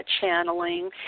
Channeling